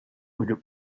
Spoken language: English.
would